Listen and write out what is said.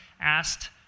asked